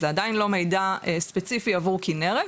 זה עדיין לא מידע ספציפי עבור כנרת,